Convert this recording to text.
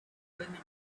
women